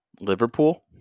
Liverpool